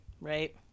right